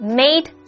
made